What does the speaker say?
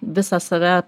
visą save